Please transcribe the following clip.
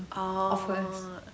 orh